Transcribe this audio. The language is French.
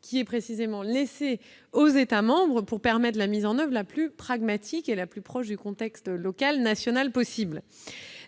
qui est précisément laissée aux États membres pour permettre la mise en oeuvre la plus pragmatique et la plus proche du contexte local et national possible.